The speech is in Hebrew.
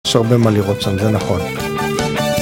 יש הרבה מה לראות שם, זה נכון.